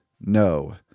no